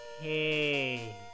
Hey